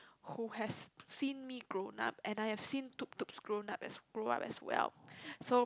who has seen me grown up and I had seen Tutu grown up as grow up as well so